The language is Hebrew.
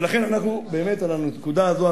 ולכן על הנקודה הזאת,